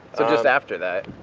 so just after that.